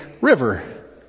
River